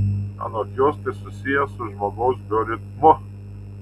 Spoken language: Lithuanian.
anot jos tai susiję su žmogaus bioritmu